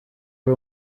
ari